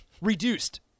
reduced